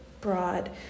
broad